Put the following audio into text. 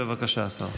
בבקשה, השר.